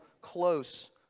close